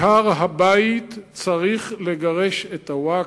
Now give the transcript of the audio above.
מהר-הבית צריך לגרש את הווקף.